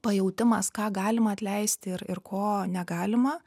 pajautimas ką galima atleisti ir ir ko negalima